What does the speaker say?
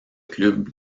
club